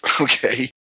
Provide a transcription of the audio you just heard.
okay